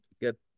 get